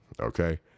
okay